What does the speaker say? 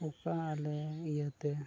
ᱚᱠᱟ ᱟᱞᱮ ᱤᱭᱟᱹᱛᱮ